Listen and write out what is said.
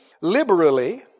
liberally